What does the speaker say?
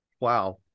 wow